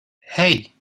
hey